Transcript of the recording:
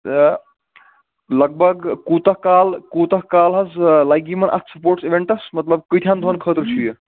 لگ بگ کوٗتاہ کال کوٗتاہ کال حظ لَگہِ یِمن حظ اتھ سپوٹس ایوینٹس مطلب کۭتہن دۄہن خٲطرٕ چھُ یہِ